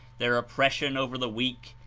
their oppression over the weak,